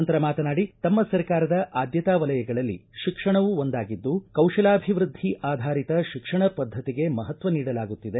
ನಂತರ ಮಾತನಾಡಿ ತಮ್ಮ ಸರ್ಕಾರದ ಆದ್ಯತಾ ವಲಯಗಳಲ್ಲಿ ಶಿಕ್ಷಣವೂ ಒಂದಾಗಿದ್ದು ಕೌತಲಾಭಿವೃದ್ಲಿ ಆಧಾರಿತ ಶಿಕ್ಷಣ ಪದ್ಧತಿಗೆ ಮಹತ್ವ ನೀಡಲಾಗುತ್ತಿದೆ